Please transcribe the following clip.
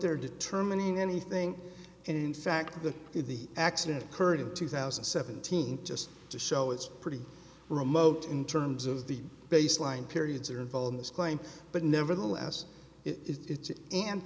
there determining anything and in fact the the accident occurred in two thousand and seventeen just to show it's pretty remote in terms of the baseline periods are involved in this claim but nevertheless it's and